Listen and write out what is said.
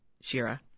Shira